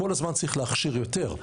כל הזמן צריך להכשיר יותר.